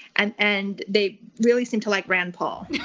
and and they really seemed to like rand paul.